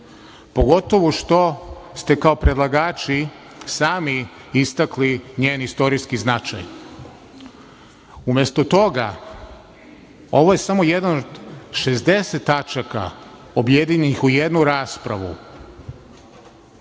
pogotovo što ste kao predlagači sami istakli njen istorijski značaj. Umesto toga, ovo je samo jedna od 60 tačaka objedinjenih u jednu raspravu